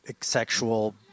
sexual